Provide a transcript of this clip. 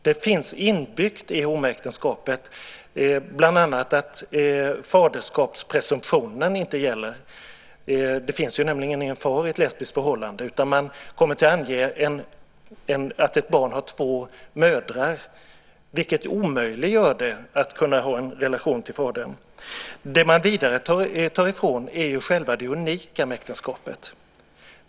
Det finns inbyggt i homoäktenskapet bland annat att faderskapspresumptionen inte gäller. Det finns nämligen ingen far i ett lesbiskt förhållande, utan man kommer att ange att ett barn har två mödrar, vilket omöjliggör en relation till fadern. Det man vidare tar ifrån är själva det unika med äktenskapet.